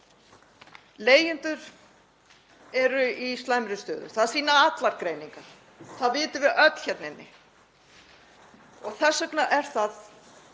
Leigjendur eru í slæmri stöðu. Það sýna allar greiningar. Það vitum við öll hérna inni. Þess vegna er það